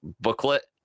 booklet